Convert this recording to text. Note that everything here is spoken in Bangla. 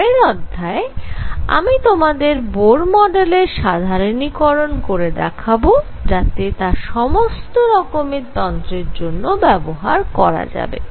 পরের অধ্যায়ে আমি তোমাদের বোর মডেলের সাধারণীকরণ করে দেখাব যাতে তা সমস্ত রকম তন্ত্রের জন্য ব্যবহার করা যায়